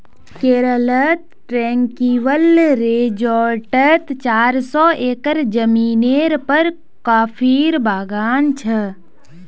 केरलत ट्रैंक्विल रिज़ॉर्टत चार सौ एकड़ ज़मीनेर पर कॉफीर बागान छ